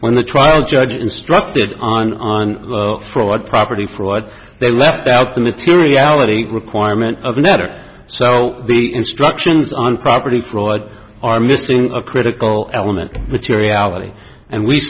when the trial judge instructed on on fraud property for what they left out the materiality requirement of another so the instructions on property floyd are missing a critical element materiality and we